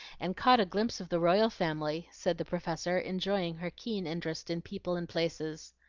and caught a glimpse of the royal family said the professor, enjoying her keen interest in people and places.